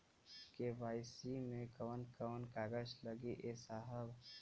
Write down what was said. KYC मे कवन कवन कागज लगी ए साहब?